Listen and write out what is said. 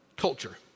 culture